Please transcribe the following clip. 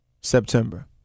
September